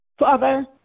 Father